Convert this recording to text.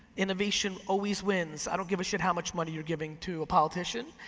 innovation always wins. i don't give a shit how much money you're giving to a politician.